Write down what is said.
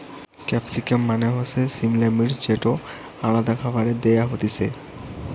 capsicum মানে সিমলা মির্চ যেটো আলাদা খাবারে দেয়া হতিছে